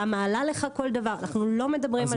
כמה עלה לך כל דבר אנחנו לא מדברים על זה.